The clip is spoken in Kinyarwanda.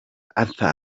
arthur